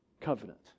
covenant